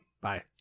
Bye